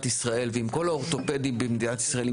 ישראל ועם כל האורתופדים במדינת ישראל.